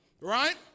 Right